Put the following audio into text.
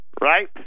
Right